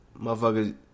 Motherfuckers